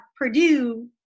purdue